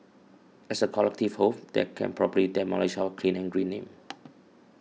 as a collective whole that can probably demolish our Clean and Green name